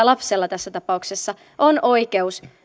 lapsella on oikeus